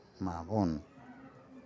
ᱢᱟᱵᱚᱱ